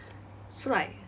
so like